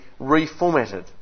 reformatted